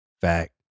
Fact